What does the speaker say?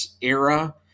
era